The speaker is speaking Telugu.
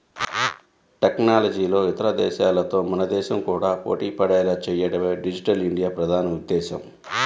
టెక్నాలజీలో ఇతర దేశాలతో మన దేశం కూడా పోటీపడేలా చేయడమే డిజిటల్ ఇండియా ప్రధాన ఉద్దేశ్యం